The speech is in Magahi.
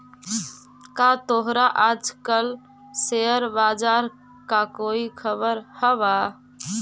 का तोहरा आज कल शेयर बाजार का कोई खबर हवअ